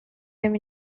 them